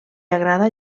agrada